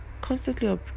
Constantly